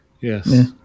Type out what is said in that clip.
Yes